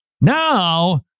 Now